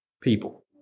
people